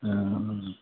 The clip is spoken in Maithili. हँ औजी